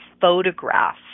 photograph